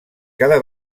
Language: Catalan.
cada